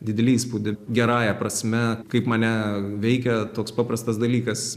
didelį įspūdį gerąja prasme kaip mane veikia toks paprastas dalykas